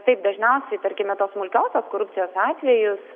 taip dažniausiai tarkime tos smulkiosios korupcijos atvejus